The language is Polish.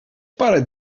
parę